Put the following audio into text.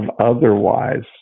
otherwise